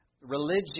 Religion